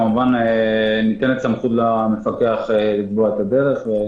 כמובן ניתנת סמכות למפקח לקבוע את הדרך.